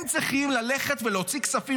הם צריכים ללכת ולהוציא כספים,